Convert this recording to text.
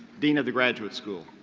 dean of the graduate school.